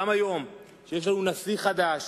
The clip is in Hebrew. גם היום, כשיש לנו נשיא חדש